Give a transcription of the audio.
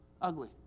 Ugly